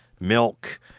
Milk